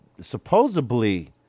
supposedly